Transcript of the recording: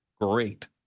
great